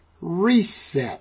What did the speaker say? Reset